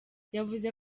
yavuze